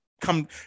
come